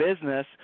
business